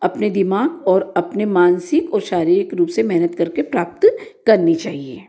अपने दिमाग ओर अपने मानसिक ओर शारीरिक रूप से मेहनत करके प्राप्त करनी चाहिए